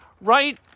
right